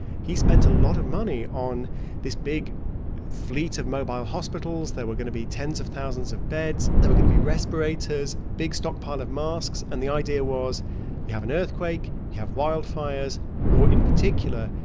he spent a lot of money on this big fleet of mobile hospitals. there were going to be tens of thousands of beds. there were going to be respirators, big stockpile of masks. and the idea was you have an earthquake, you have wildfires or, in particular,